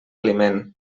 aliment